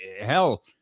hell